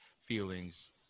feelings